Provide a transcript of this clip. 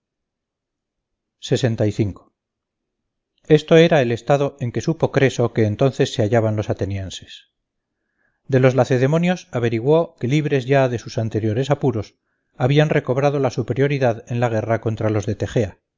esto era el estado en que supo creso que entonces se hallaban los atenienses de los lacedemonios averiguó que libres ya de sus anteriores apuros habían recobrado la superioridad en la guerra contra los de